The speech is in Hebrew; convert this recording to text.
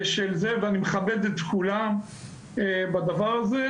ואני מכבד את כולם בדבר הזה,